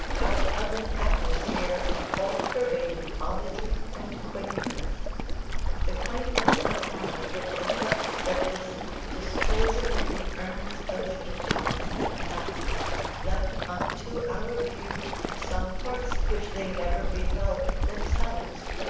out of an atmosphere of all-pervading oddity and quaintness the quaintness of mind which reflects that this disclosing of the urns of the ancients hath left unto our view some parts which they never beheld themselves